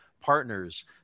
partners